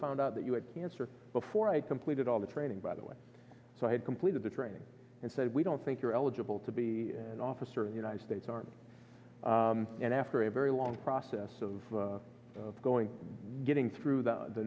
found out that you had cancer before i completed all the training by the way so i had completed the training and said we don't think you're eligible to be an officer of the united states army and after a very long process of going getting through the